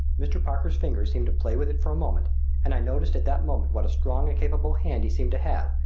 mr. parker's fingers seemed to play with it for a moment and i noticed at that moment what a strong and capable hand he seemed to have,